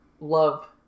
love